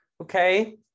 Okay